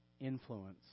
influence